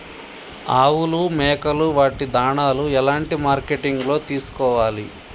ఆవులు మేకలు వాటి దాణాలు ఎలాంటి మార్కెటింగ్ లో తీసుకోవాలి?